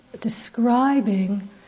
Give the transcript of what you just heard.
describing